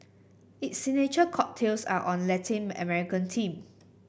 its signature cocktails are on Latin American theme